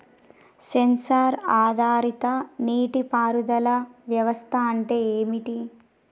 Censor ఆధారిత నీటి పారుదల వ్యవస్థ అంటే ఏమిటి?